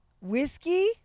whiskey